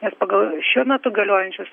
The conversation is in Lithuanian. nes pagal šiuo metu galiojančius